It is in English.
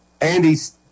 Andy's